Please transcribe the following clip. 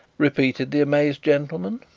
repeated the amazed gentleman.